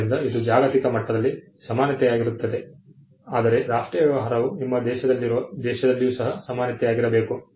ಆದ್ದರಿಂದ ಇದು ಜಾಗತಿಕ ಮಟ್ಟದಲ್ಲಿ ಸಮಾನತೆಯಾಗಿರುತ್ತದೆ ಆದರೆ ರಾಷ್ಟ್ರೀಯ ವ್ಯವಹಾರವು ನಿಮ್ಮ ದೇಶದಲ್ಲಿಯೂ ಸಹ ಸಮಾನತೆಯಾಗಿರಬೇಕು